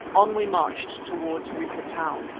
on we marched towards rica town,